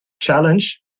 challenge